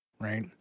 right